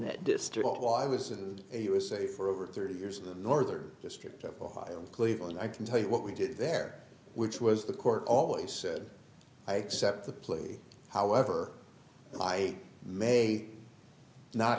that district i was in the usa for over thirty years in the northern district of ohio in cleveland i can tell you what we did there which was the court always said i accept the plea however i may not